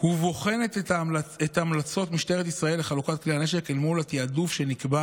ובוחנת את המלצות משטרת ישראל לחלוקת כלי הנשק אל מול התיעדוף שנקבע